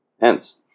Hence